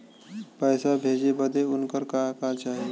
पैसा भेजे बदे उनकर का का चाही?